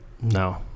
No